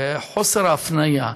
וגם חוסר ההפניה,